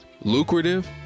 lucrative